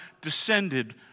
descended